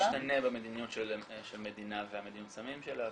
זה משתנה במדיניות של מדינה ומדיניות הסמים שלה,